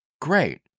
Great